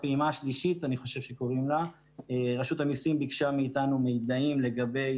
תביאו לנו מישהו שרלוונטי לנושא הזה ואנחנו נשמח לדבר אתו.